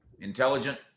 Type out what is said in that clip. intelligent